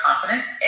confidence